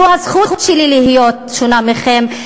זו הזכות שלי להיות שונה מכם,